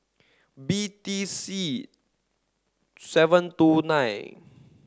B T C seven two nine